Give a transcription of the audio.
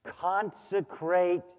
Consecrate